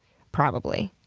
probably?